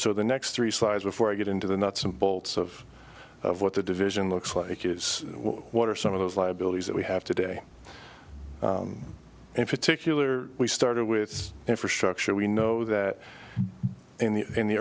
so the next three sides before i get into the nuts and bolts of what the division looks like is what are some of those liabilities that we have today in particular we started with infrastructure we know that in the in the